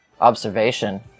observation